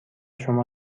شما